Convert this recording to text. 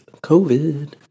COVID